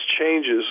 changes